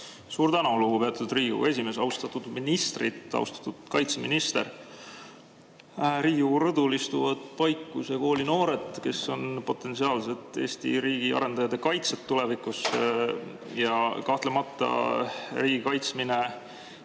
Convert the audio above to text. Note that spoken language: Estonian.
Suur tänu, lugupeetud Riigikogu esimees! Austatud ministrid! Austatud kaitseminister! Riigikogu rõdul istuvad Paikuse Kooli noored, kes on potentsiaalsed Eesti riigi arendajad ja kaitsjad tulevikus. Kahtlemata, riigi kaitsmine